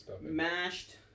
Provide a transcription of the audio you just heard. mashed